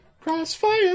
Crossfire